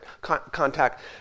contact